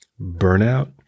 burnout